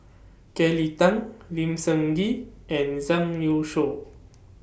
Kelly Tang Lim Sun Gee and Zhang Youshuo